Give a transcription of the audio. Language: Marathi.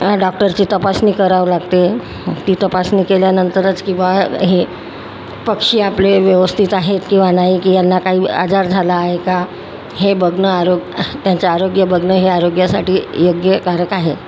डॉक्टरची तपासणी करावं लागते ती तपासणी केल्यानंतरच किंवा हे पक्षी आपले व्यवस्थित आहे किंवा नाही की यांना काही आजार झाला आहे का हे बघणं आरो त्यांचं आरोग्य बघणं हे आरोग्यासाठी योग्यकारक आहे